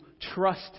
trust